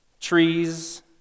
trees